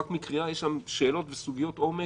רק מקריאה יש שם שאלות וסוגיות עומק,